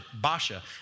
Basha